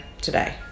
today